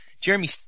Jeremy